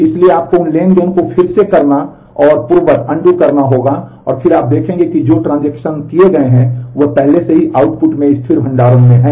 इसलिए आपको उन ट्रांज़ैक्शन को फिर से करना और पूर्ववत करना होगा और फिर आप देखेंगे कि जो ट्रांजेक्शन किए गए हैं वे पहले से ही आउटपुट में स्थिर भंडारण में हैं